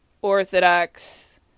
Orthodox